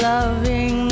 Loving